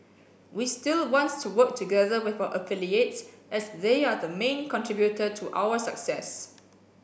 we still wants to work together with our affiliates as they are the main contributor to our success